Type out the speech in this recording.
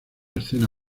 escena